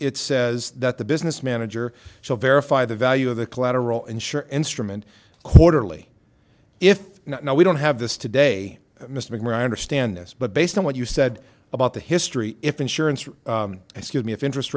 it says that the business manager so verify the value of the collateral and sure instrument quarterly if not now we don't have this today mr mcmahon i understand this but based on what you said about the history if insurance or excuse me if interest